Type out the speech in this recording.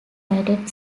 united